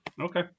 Okay